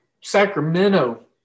Sacramento